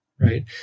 right